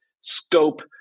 scope